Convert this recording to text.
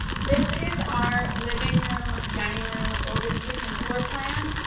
this is our living room, dining room, open kitchen floor plan.